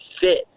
fit